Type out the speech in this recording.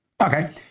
Okay